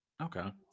Okay